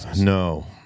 No